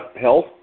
health